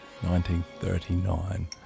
1939